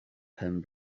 pen